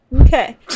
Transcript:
okay